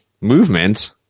movement